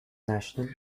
national